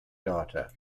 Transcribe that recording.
data